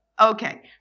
Okay